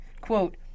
quote